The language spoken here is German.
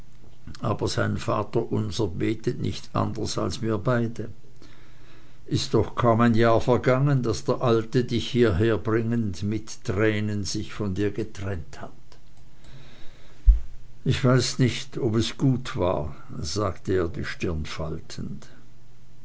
aber sein vaterunser betet nicht anders als wir beide ist doch kaum ein jahr vergangen daß der alte dich hieher bringend mit tränen sich von dir getrennt hat ich weiß nicht ob es gut war sagte er die stirne faltend